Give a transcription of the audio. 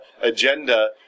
agenda